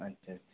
আচ্ছা আচ্ছা